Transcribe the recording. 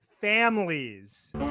Families